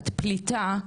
את פליטה,